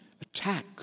attack